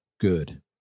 good